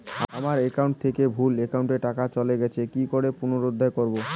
আমার একাউন্ট থেকে ভুল একাউন্টে টাকা চলে গেছে কি করে পুনরুদ্ধার করবো?